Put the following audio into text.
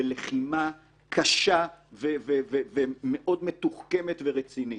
בלחימה קשה ומאוד מתוחכמת ורצינית.